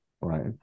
right